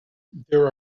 there